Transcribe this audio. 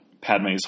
Padme's